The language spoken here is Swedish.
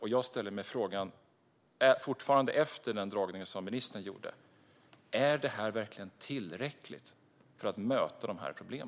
Även efter ministerns dragning ställer jag mig frågan: Är det här verkligen tillräckligt för att möta dessa problem?